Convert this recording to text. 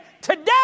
today